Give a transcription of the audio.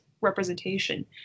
representation